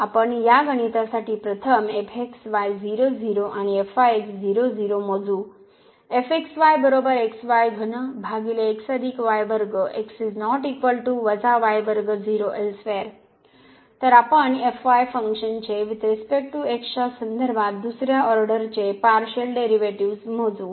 तर आपण या गणितासाठी प्रथम आणि मोजू तर आपण फन्क्शन चे वुईथ रिसपेक्ट टू x च्या संदर्भात दुसर्या ऑर्डरचे पार्शियल डेरिव्हेटिव्ह्ज मोजू